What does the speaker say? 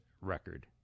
record